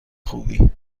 خوبی